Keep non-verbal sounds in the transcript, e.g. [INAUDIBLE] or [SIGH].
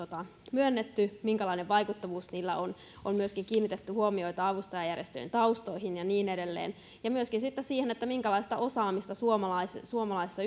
myönnetty ja minkälainen vaikuttavuus niillä on on myöskin kiinnitetty huomiota avustajajärjestöjen taustoihin ja niin edelleen ja myöskin sitten siihen minkälaista osaamista suomalaisessa suomalaisessa [UNINTELLIGIBLE]